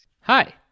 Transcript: Hi